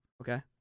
Okay